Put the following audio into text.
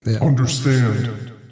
understand